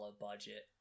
budget